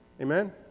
Amen